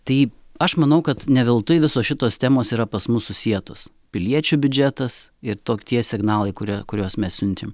taip aš manau kad ne veltui visos šitos temos yra pas mus susietos piliečių biudžetas ir tok tokie signalai kurie kuriuos mes siunčiam